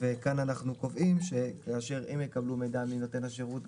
וכאן אנחנו קובעים שכאשר הם יקבלו מידע מנותן השירות,